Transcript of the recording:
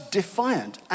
defiant